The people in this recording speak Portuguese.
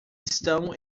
estão